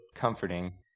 comforting